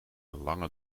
lange